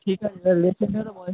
ঠিক আছে বয়েস